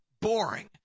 boring